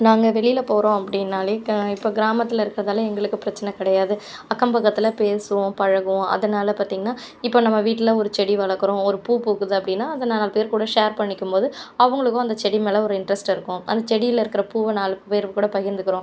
நாங்கள் வெளியில் போகிறோம் அப்படின்னாலே இப்போ இப்போ கிராமத்தில் இருக்கிறதால எங்களுக்கு பிரச்சினை கிடையாது அக்கம் பக்கத்தில் பேசுவோம் பழகுவோம் அதனால் பார்த்தீங்கன்னா இப்போ நம்ம வீட்டில் ஒரு செடி வளர்க்குறோம் ஒரு பூ பூக்குது அப்படின்னா அதை நாலு பேர் கூட ஷேர் பண்ணிக்கும்போது அவங்களுக்கும் அந்த செடி மேலே ஒரு இண்ட்ரெஸ்ட் இருக்கும் அந்த செடியில் இருக்கிற பூவை நாலு பேரு கூட பகிர்ந்துக்கிறோம்